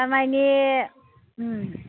थारमाने